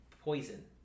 poison